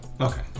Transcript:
Okay